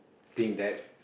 thing that